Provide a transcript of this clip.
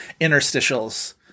interstitials